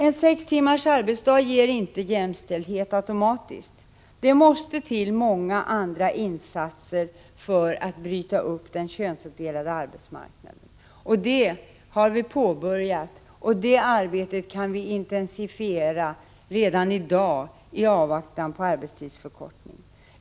En sex timmars arbetsdag ger dock inte jämställdhet automatiskt — det måste till många andra insatser för att den könsuppdelade arbetsmarknaden skall brytas upp. Detta arbete har påbörjats, och vi kan redan i dag intensifiera det i avvaktan på arbetstidsförkortningen.